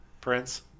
Prince